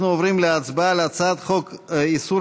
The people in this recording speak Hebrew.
אנחנו עוברים להצבעה על הצעת חוק איסור